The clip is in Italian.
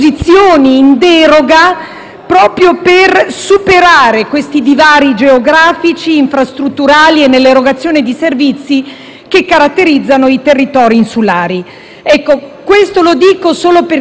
proprio per superare questi divari geografici, infrastrutturali e nell'erogazione di servizi che caratterizzano i territori insulari. Dico questo solo perché spero che, nella fase attuativa